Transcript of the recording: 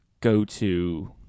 go-to